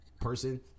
person